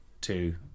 two